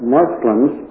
Muslims